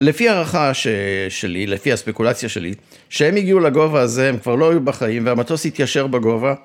לפי הערכה שלי, לפי הספקולציה שלי שהם הגיעו לגובה הזה הם כבר לא היו בחיים והמטוס התיישר בגובה.